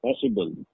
possible